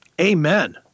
Amen